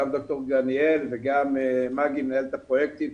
גם דוקטור גניאל וגם מגי מנהלת הפרויקטים.